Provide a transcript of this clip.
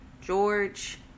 George